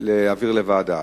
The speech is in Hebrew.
להעביר לוועדה.